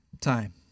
time